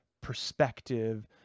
perspective